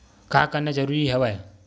का करना जरूरी हवय?